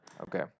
Okay